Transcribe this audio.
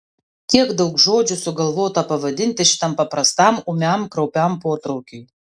kiek daug žodžių sugalvota pavadinti šitam paprastam ūmiam kraupiam potraukiui